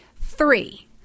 Three